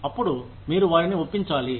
అప్పుడు మీరు వారిని ఒప్పించాలి